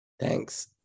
Thanks